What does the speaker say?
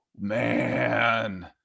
Man